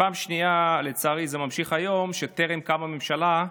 ופעם שנייה, לצערי זה ממשיך היום, שטרם קמה ממשלה,